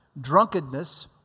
drunkenness